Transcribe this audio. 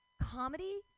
Comedy